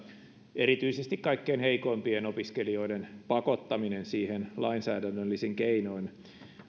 erityisesti kaikkein heikoimpien opiskelijoiden pakottaminen siihen lainsäädännöllisin keinoin